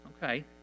Okay